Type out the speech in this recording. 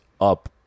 up